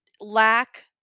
lack